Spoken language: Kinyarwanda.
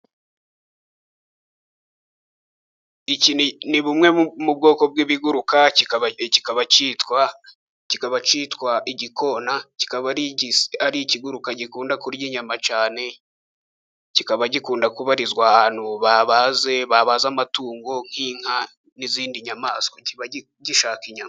Iki ni bumwe mu bwoko bw'ibiguruka, kikaba kitwa igikona, kikaba ari ikiguruka gikunda kurya inyama cyane, kikaba gikunda kubarizwa ahantu babaze amatungo nk'inka, n'izindi nyamaswa. Kiba gishaka inyama.